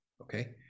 okay